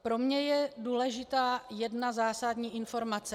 Pro mě je důležitá jedna zásadní informace.